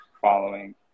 following